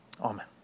Amen